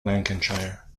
lancashire